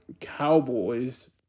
Cowboys